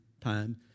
time